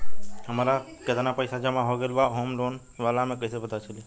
हमार केतना पईसा जमा हो गएल बा होम लोन वाला मे कइसे पता चली?